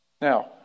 Now